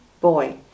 boy